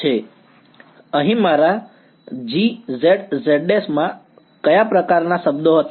અને અહીં મારા Gz z′ માં કયા પ્રકારનાં શબ્દો હતા